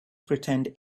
pretend